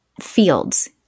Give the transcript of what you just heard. fields